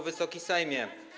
Wysoki Sejmie!